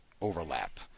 overlap